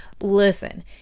listen